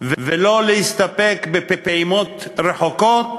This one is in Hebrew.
ולא להסתפק בפעימות רחוקות,